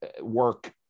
work